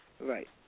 Right